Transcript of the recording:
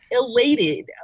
elated